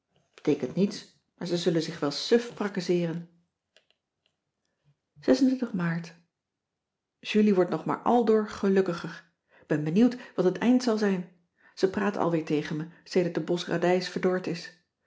beteekent niets maar ze zullen zich wel suf prakkezeer aart ulie wordt nog maar aldoor gelukkiger k ben benieuwd wat het eind zal zijn ze praat alweer tegen me sedert de bos radijs verdord is